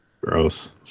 Gross